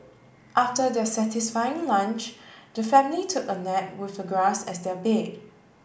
after their satisfying lunch the family took a nap with the grass as their bed